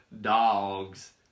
dogs